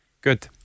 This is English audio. Good